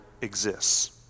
exists